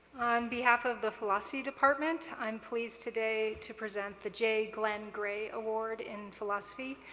on behalf of the philosophy department, i'm pleased today to present the j. glenn gray award in philosophy.